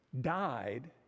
died